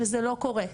וזה לא קורה.